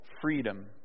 freedom